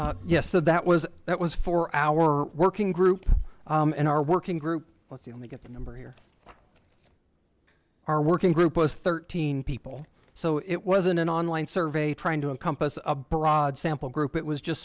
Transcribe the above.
that yes so that was that was for our working group and our working group was the only get the number here our working group was thirteen people so it wasn't an online survey trying to a compass a broad sample group it was just